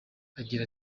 agira